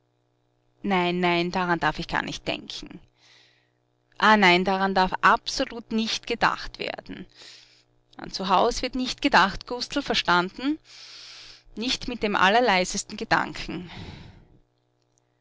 nein nein daran darf ich nicht denken ah nein daran darf absolut nicht gedacht werden an zuhaus wird nicht gedacht gustl verstanden nicht mit dem allerleisesten gedanken